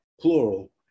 plural